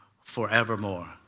forevermore